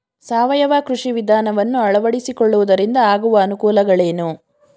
ಸಾವಯವ ಕೃಷಿ ವಿಧಾನವನ್ನು ಅಳವಡಿಸಿಕೊಳ್ಳುವುದರಿಂದ ಆಗುವ ಅನುಕೂಲಗಳೇನು?